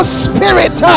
spirit